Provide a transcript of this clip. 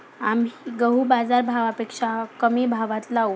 आम्ही गहू बाजारभावापेक्षा कमी भावात लावू